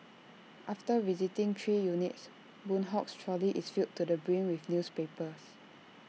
after visiting three units boon Hock's trolley is filled to the brim with newspapers